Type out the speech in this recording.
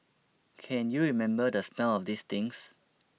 can you remember the smell of these things